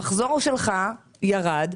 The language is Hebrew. מכיוון שהמחזור שלך ירד,